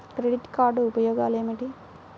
Credit card ఉపయోగాలు ఏమిటి?